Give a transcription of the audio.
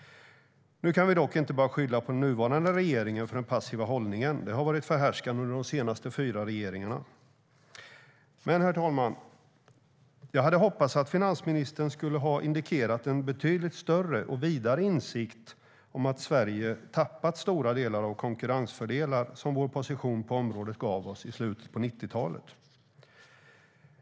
Nu kan vi dock inte skylla på bara den nuvarande regeringen för den passiva hållningen. Den har varit förhärskande under de senaste fyra regeringarna. Men, herr talman, jag hade hoppats att finansministern skulle ha indikerat en betydligt större och vidare insikt om att Sverige tappat stora delar av de konkurrensfördelar som vår position på området gav oss i slutet av 90-talet.